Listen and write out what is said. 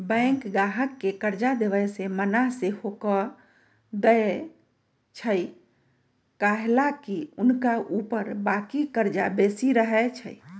bank गाहक के कर्जा देबऐ से मना सएहो कऽ देएय छइ कएलाकि हुनका ऊपर बाकी कर्जा बेशी रहै छइ